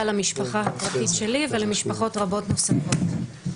למשפחה הפרטית שלי ולמשפחות רבות נוספות.